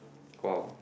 !wow!